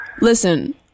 Listen